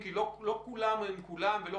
כי זה גם סדר גודל של הרבה מאוד